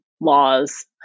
laws